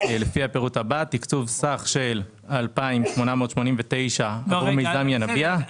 לפי הפירוט הבא: תקצוב סך של 2,889 ש"ח עבור מיזם ינביע.